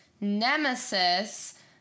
Nemesis